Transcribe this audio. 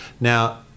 now